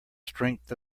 strength